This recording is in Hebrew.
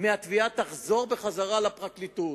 מהתביעה תחזור לפרקליטות.